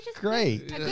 great